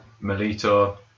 Melito